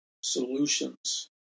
solutions